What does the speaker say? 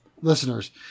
Listeners